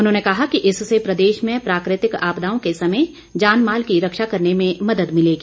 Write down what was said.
उन्होंने कहा कि इससे प्रदेश में प्राकृतिक आपदाओं के समय जान माल की रक्षा करने में मदद मिलेगी